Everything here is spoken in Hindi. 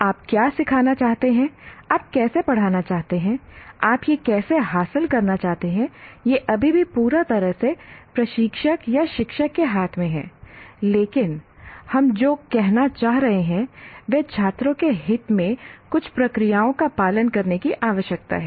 आप क्या सिखाना चाहते हैं आप कैसे पढ़ाना चाहते हैं आप यह कैसे हासिल करना चाहते हैं यह अभी भी पूरी तरह से प्रशिक्षक या शिक्षक के हाथ में है लेकिन हम जो कहना चाह रहे हैं वह छात्रों के हित में कुछ प्रक्रियाओं का पालन करने की आवश्यकता है